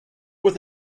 with